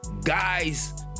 guys